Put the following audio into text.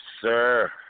sir